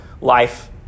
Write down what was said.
life